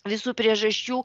visų priežasčių